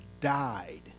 died